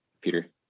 Peter